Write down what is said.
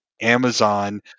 Amazon